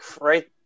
right